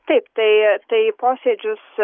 taip tai tai į posėdžius